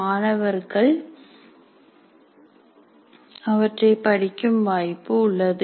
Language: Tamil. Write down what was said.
மாணவர்கள் அவற்றை படிக்கும் வாய்ப்பு உள்ளது